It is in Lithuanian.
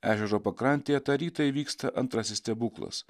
ežero pakrantėje tą rytą įvyksta antrasis stebuklas